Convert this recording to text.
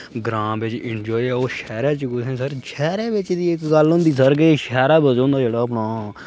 ग्रांऽ बिच इंजाय ऐ ओह् शैह्रै च कुत्थै सर शैह्रैं बिच दी इक गल्ल होंदी सर कि शैह्रै दा जो मजा जेह्ड़ा ना